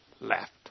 left